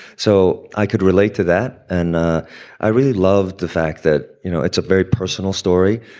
so i could relate to that. and ah i really loved the fact that, you know, it's a very personal story.